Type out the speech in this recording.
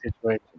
situation